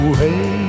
hey